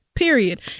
period